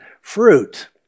fruit